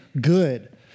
good